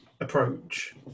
approach